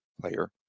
player